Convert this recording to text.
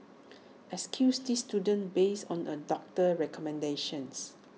excuse these students based on A doctor's recommendations